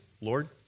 Lord